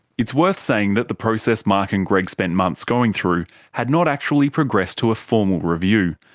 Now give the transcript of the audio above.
it's worth saying that the process mark and greg spent months going through had not actually progressed to a formal review.